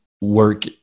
work